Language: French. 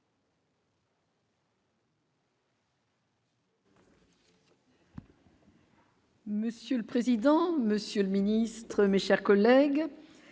Monsieur le président, Monsieur le Ministre, mes chers collègues,